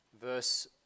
verse